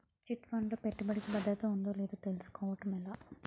Chit fund లో పెట్టుబడికి భద్రత ఉందో లేదో తెలుసుకోవటం ఎలా?